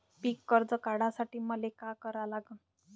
पिक कर्ज काढासाठी मले का करा लागन?